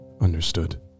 Understood